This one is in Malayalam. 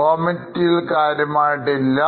Raw materials കാര്യമായിട്ട് ഇല്ല